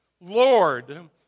Lord